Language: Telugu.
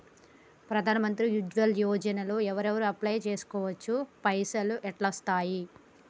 ప్రధాన మంత్రి ఉజ్వల్ యోజన లో ఎవరెవరు అప్లయ్ చేస్కోవచ్చు? పైసల్ ఎట్లస్తయి?